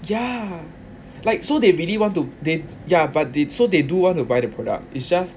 ya like so they really want to they ya but they so they do want to buy the product it's just